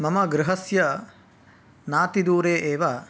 मम गृहस्य नातिदूरे एव